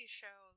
show